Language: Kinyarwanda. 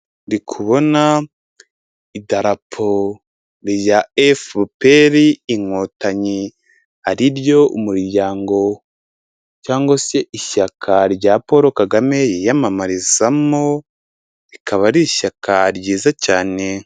Ndi kubona idarapo rya FPR Inkotanyi. Ari ryo umuryango cyangwa se ishyaka rya Paul Kagame yiyamamarizamo, rikaba ari ishyaka ryiza cyane.